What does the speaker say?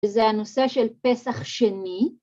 זה הנושא של פסח שני.